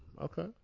Okay